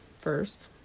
first